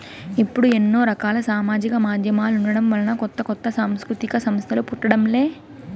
ఇప్పుడు ఎన్నో రకాల సామాజిక మాధ్యమాలుండటం వలన కొత్త కొత్త సాంస్కృతిక సంస్థలు పుట్టడం లే